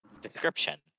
Description